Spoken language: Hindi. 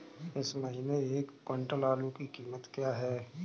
इस महीने एक क्विंटल आलू की क्या कीमत है?